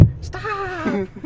Stop